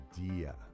idea